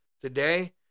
today